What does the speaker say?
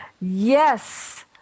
yes